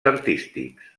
artístics